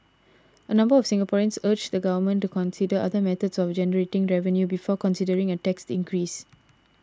a number of Singaporeans urged the government to consider other methods of generating revenue before considering a tax increase